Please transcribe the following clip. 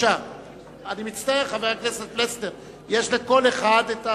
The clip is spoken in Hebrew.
אני מצטער, חבר הכנסת פלסנר, יש לכל אחד הזכות,